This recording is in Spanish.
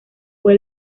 fue